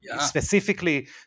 specifically